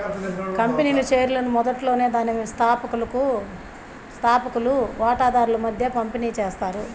company షేర్లను మొదట్లోనే దాని స్థాపకులు వాటాదారుల మధ్య పంపిణీ చేస్తారు